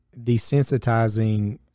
desensitizing